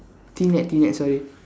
T-net T-net sorry